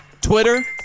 Twitter